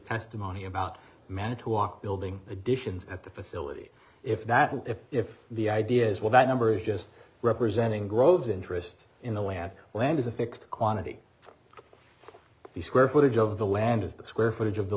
testimony about manitowoc building additions at the facility if that if if the idea is well that numbers just representing groves interests in the land land is a fixed quantity the square footage of the land as the square footage of the